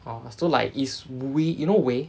oh so like it's whe~ you know whey